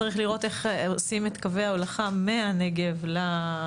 צריך לראות איך עושים את קווי ההולכה מהנגב למרכז.